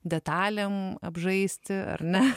detalėm apžaisti ar ne